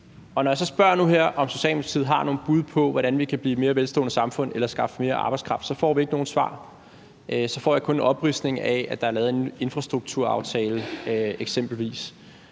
Og når jeg så spørger nu her, om Socialdemokratiet har nogen bud på, hvordan vi kan blive et mere velstående samfund eller skaffe mere arbejdskraft, så får vi ikke nogen svar, så får jeg kun en opridsning af, at der eksempelvis er lavet en infrastrukturaftale, som